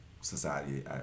society